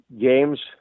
games